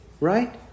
right